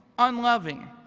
unloving,